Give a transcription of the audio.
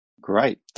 great